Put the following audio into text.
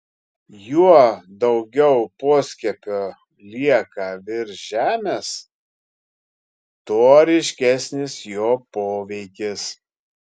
juo daugiau poskiepio lieka virš žemės tuo ryškesnis jo poveikis